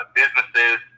businesses